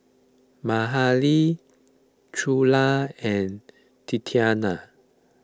Mahalie Trula and Tatiana